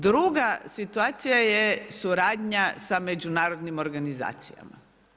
Druga situacija je suradnja sa međunarodnim organizacijama.